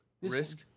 Risk